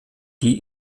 die